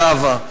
זהבה.